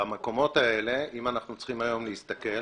במקומות האלה, אם אנחנו צריכים היום להסתכל,